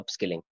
upskilling